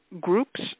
groups